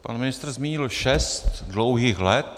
Pan ministr zmínil šest dlouhých let.